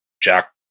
Jack